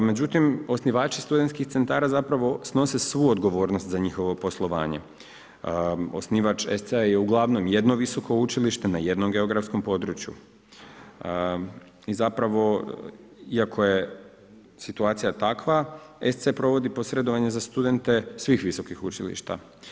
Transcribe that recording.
Međutim osnivači studentskih centara zapravo snose svu odgovornost za njihovo poslovanje, osnivač SC-a je uglavnom jedno visoko učilište na jednom geografskom području, zapravo iako je situacija takva SC provodi posredovanje za studente svih visokih učilišta.